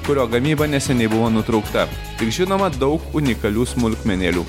kurio gamyba neseniai buvo nutraukta tik žinoma daug unikalių smulkmenėlių